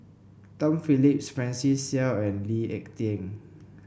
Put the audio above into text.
Tom Phillips Francis Seow and Lee Ek Tieng